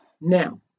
Now